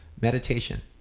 meditation